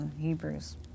Hebrews